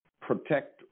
protect